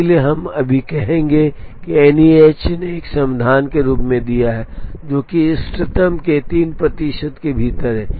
इसलिए हम अभी भी कहेंगे कि एनईएच ने एक समाधान के रूप में दिया है जो कि इष्टतम के 3 प्रतिशत के भीतर है